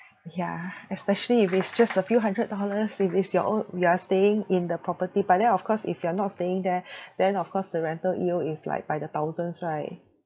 yeah especially if it's just a few hundred dollars if it's your own you are staying in the property but then of course if you are not staying there then of course the rental yield is like by the thousands right